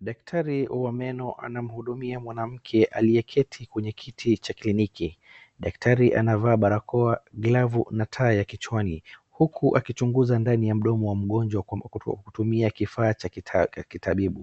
Daktari wa meno anamhudumia mwanamke aliyeketi kwenye kiti cha kliniki , daktari anavaa barakoa, glavu na taa kichwani huku akichunguza ndani ya mdoma ya mgonjwa kutumia kifaa ya kitabib,